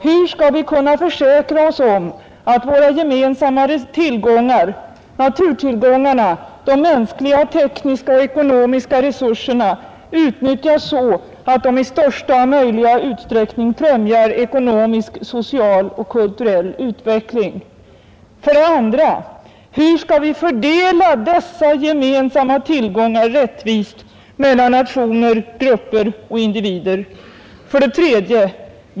Hur skall vi kunna försäkra oss om att våra gemensamma tillgångar — naturtillgångarna, de mänskliga, tekniska och ekonomiska resurserna — utnyttjas så att de i största möjliga utsträckning främjar ekonomisk, social och kulturell utveckling? 2. Hur skall vi fördela dessa gemensamma tillgångar rättvist mellan nationer, grupper och individer? 3.